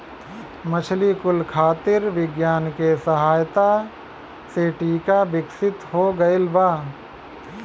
मछली कुल खातिर विज्ञान के सहायता से टीका विकसित हो गइल बा